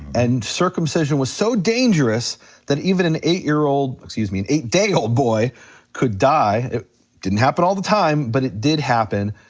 and circumcision was so dangerous that even an eight year old, excuse me, eight day old boy could die, it didn't happen all the time, but it did happen,